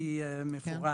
ספציפי מפורט,